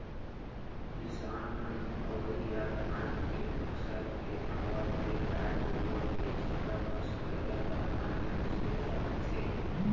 किसान मन अवइ या धान के फसल के आवत ले गाय गरूवा के चारा बस पैरा ल गांज गांज के रखथें